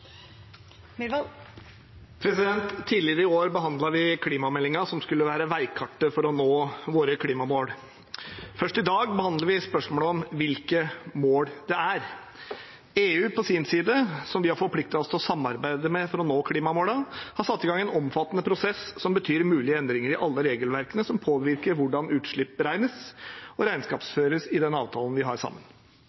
Tidligere i år behandlet vi klimameldingen, som skulle være veikartet for å nå våre klimamål. Først i dag behandler vi spørsmålet om hvilke mål det er. EU på sin side, som vi har forpliktet oss til å samarbeide med for å nå klimamålene, har satt i gang en omfattende prosess som betyr mulige endringer i alle regelverkene som påvirker hvordan utslipp beregnes og